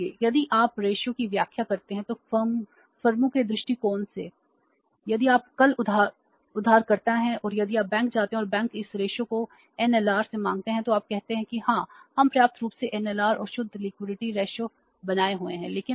इसलिए यदि आप रेशों बनाए हुए हैं